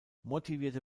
motivierte